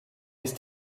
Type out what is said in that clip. ist